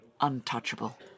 untouchable